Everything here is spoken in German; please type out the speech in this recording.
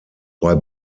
bei